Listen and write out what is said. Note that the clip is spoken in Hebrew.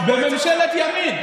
בממשלת ימין,